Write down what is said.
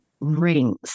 rings